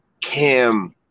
cam